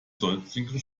sonstigen